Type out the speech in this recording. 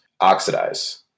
oxidize